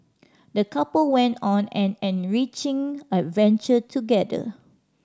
the couple went on an enriching adventure together